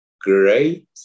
great